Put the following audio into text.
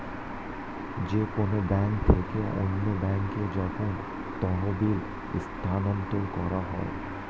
যে কোন ব্যাংক থেকে অন্য ব্যাংকে যখন তহবিল স্থানান্তর করা হয়